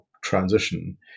transition